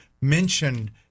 mentioned